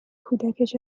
کودکش